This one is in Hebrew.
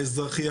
האזרחי,